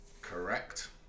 Correct